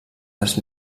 les